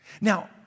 Now